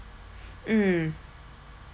mm